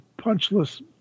punchless